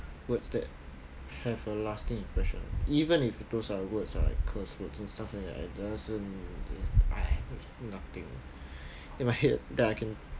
words that have a lasting impression even if those are words are like curse words and stuff like that doesn't I have nothing in my head that I can